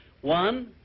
One